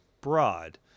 broad